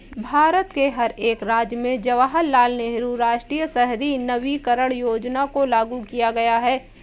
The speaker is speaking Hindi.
भारत के हर एक राज्य में जवाहरलाल नेहरू राष्ट्रीय शहरी नवीकरण योजना को लागू किया गया है